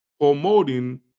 promoting